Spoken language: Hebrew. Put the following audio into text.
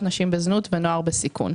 נשים בזנות ונוער בסיכון.